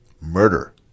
Murder